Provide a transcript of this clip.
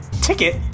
Ticket